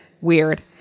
Weird